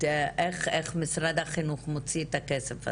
איך משרד החינוך מוציא את הכסף הזה,